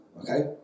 okay